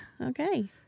Okay